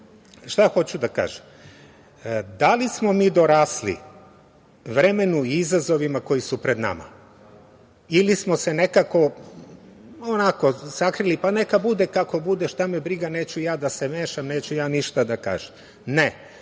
Šta hoću da kažem. Da li smo mi dorasli vremenu i izazovima koji su pred nama? Ili smo se nekako sakrili, pa neka bude kako bude, šta me briga, neću ja da se mešam, neću ja ništa da kažem. Ne.